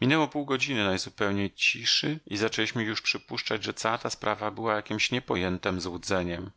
minęło pół godziny najzupełniej ciszy i zaczęliśmy już przypuszczać że cała ta sprawa była jakiemś niepojętem złudzeniem